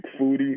foodie